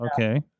Okay